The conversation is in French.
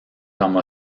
comme